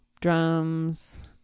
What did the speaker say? drums